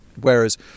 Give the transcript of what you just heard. Whereas